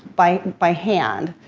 by, by hand,